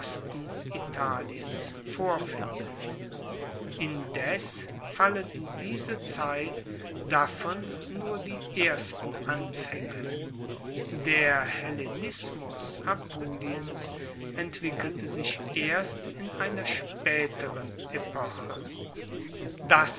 italiens vorfindet indes fallen in diese zeit davon nur die ersten anfaenge der hellenismus apuliens entwickelte sich erst in einer spaeteren epoche dass